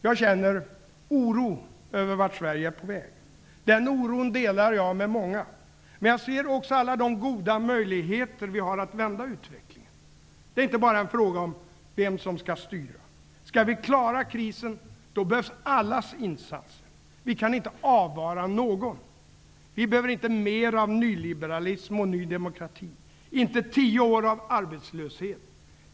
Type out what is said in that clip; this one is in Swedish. Jag känner oro över vart Sverige är på väg. Den oron delar jag med många. Men jag ser också alla de goda möjligheter vi har att vända utvecklingen. Det är inte bara en fråga om vem som skall styra. Skall vi klara krisen, behövs allas insatser. Vi kan inte avvara någon. Vi behöver inte mer av nyliberalism och nydemokrati och inte tio år av arbetslöshet.